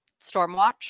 Stormwatch